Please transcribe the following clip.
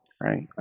right